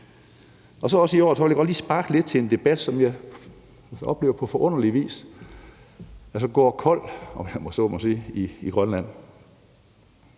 jeg også godt i år lige sparke lidt til en debat, som jeg altså på forunderlig vis oplever går kold, om jeg så må sige, i Grønland,